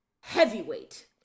heavyweight